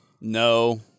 No